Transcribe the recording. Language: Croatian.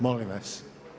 Molim vas.